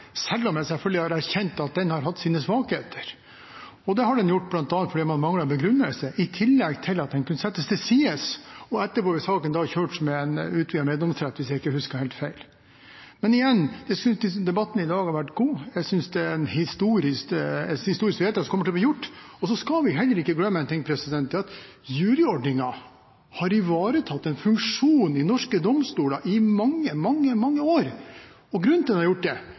selv om jeg selvfølgelig har erkjent at den har hatt sine svakheter. Det har bl.a. vært fordi man har manglet begrunnelser, i tillegg til at den har kunnet settes til sides – og etterpå ble saken kjørt med en utvidet meddomsrett, om jeg ikke husker helt feil. Men jeg synes debatten i dag har vært god. Jeg synes det er et historisk vedtak som blir fattet. Vi skal heller ikke glemme at juryordningen har ivaretatt en funksjon i norske domstoler i mange, mange år. Grunnen til at den har gjort det,